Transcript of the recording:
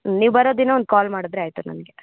ನೀವು ಬರೋ ದಿನ ಒಂದು ಕಾಲ್ ಮಾಡಿದ್ರೆ ಆಯಿತು ನನಗೆ